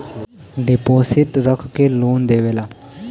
deposit रख के loan देवेला